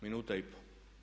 Minuta i pol.